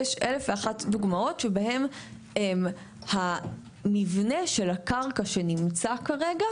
יש 1,001 דוגמאות שבהן המבנה של הקרקע שנמצא כרגע,